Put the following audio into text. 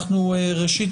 ראשית,